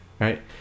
right